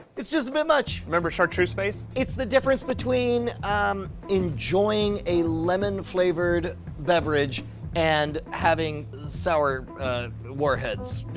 it's just a bit much. remember chartreuse face? it's the difference between enjoying a lemon-flavored beverage and having sour warheads. do